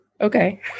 Okay